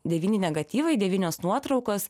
devyni negatyvai devynios nuotraukos